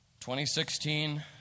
2016